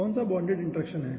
कौन सा bonded interaction है